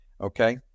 Okay